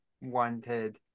wanted